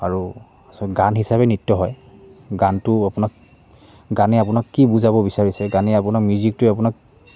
আৰু গান হিচাপে নৃত্য হয় গানটো আপোনাক গানে আপোনাক কি বুজাব বিচাৰিছে গানে আপোনাৰ মিউজিকটোৱে আপোনাক